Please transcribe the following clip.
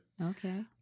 Okay